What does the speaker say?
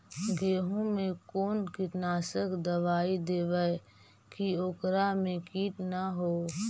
गेहूं में कोन कीटनाशक दबाइ देबै कि ओकरा मे किट न हो?